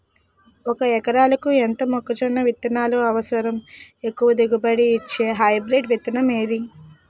ఒక ఎకరాలకు ఎంత మొక్కజొన్న విత్తనాలు అవసరం? ఎక్కువ దిగుబడి ఇచ్చే హైబ్రిడ్ విత్తనం ఏది?